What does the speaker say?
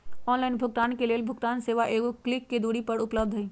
online भुगतान के लेल भुगतान सेवा एगो क्लिक के दूरी पर उपलब्ध हइ